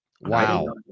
wow